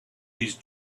his